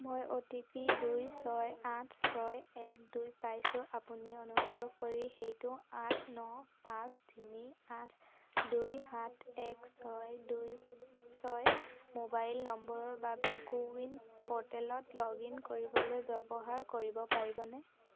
মই অ'টিপি দুই ছয় আঠ ছয় এক দুই পাইছোঁ আপুনি অনুগ্ৰহ কৰি সেইটো আঠ ন পাঁচ তিনি আঠ দুই সাত এক ছয় দুই ছয় মোবাইল নম্বৰৰ বাবে কো ৱিন প'ৰ্টেলত লগ ইন কৰিবলৈ ব্যৱহাৰ কৰিব পাৰিবনে